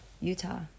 Utah